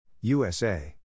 USA